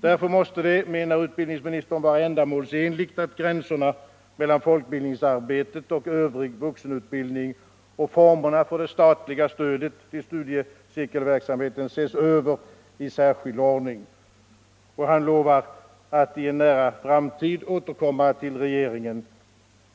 Därför måste det, menar utbildningsministern, vara ändamålsenligt att gränserna mellan folkbildningsarbetet och övrig vuxenutbildning och formerna för det statliga stödet till studiecirkelverksamheten ses över i särskild ordning. Utbildningsministern lovar att i en nära framtid återkomma till regeringen